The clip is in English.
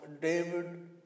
David